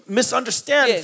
misunderstand